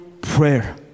prayer